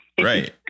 Right